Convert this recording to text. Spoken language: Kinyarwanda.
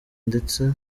ndetse